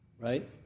Right